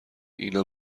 اینا